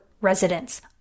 residents